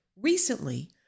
Recently